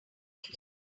began